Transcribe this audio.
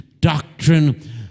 doctrine